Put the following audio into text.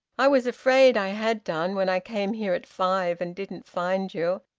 i was afraid i had done, when i came here at five and didn't find you.